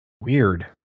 Weird